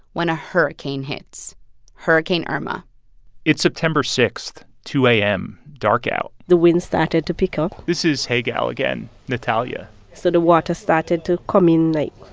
when a hurricane hits hurricane irma it's september six, two a m, dark out the wind started to pick up this is hey gal again natalia so the water started to come in like,